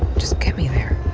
just get me there.